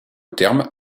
terme